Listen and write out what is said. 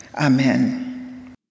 Amen